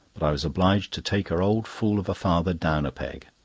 but i was obliged to take her old fool of a father down a peg.